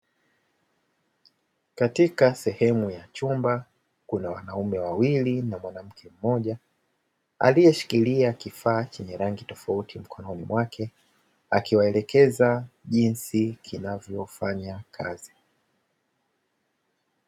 Katika sehemu ya chumba kuna wanaume wawili na mwanamke mmoja aliyeshikilia kifaa chenye rangi tofauti mkononi mwake akiwaelekeza jinsi kinavyofanya kazi.